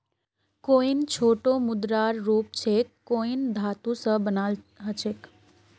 coin छोटो मुद्रार रूप छेक कॉइन धातु स बनाल ह छेक